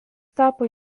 tapo